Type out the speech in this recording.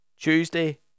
Tuesday